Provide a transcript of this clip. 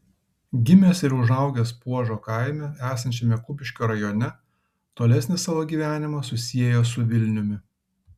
gimęs ir užaugęs puožo kaime esančiame kupiškio rajone tolesnį savo gyvenimą susiejo su vilniumi